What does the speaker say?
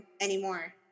anymore